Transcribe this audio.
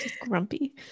grumpy